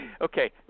okay